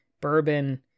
bourbon